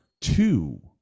two